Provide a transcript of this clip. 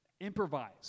improvise